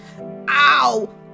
Ow